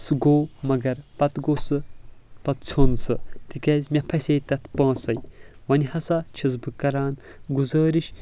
سُہ گوٚو مگر پتہٕ گوٚو سُہ پتہٕ ژھیوٚن سُہ تِکیٛازِ مےٚ پھسے تتھ پونٛسے وونۍ ہسا چھُس بہٕ کران گُزٲرِش